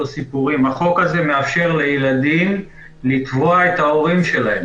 סיפורים החוק הזה מאפשר לילדים לתבוע את ההורים שלהם.